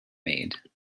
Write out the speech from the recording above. made